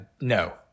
No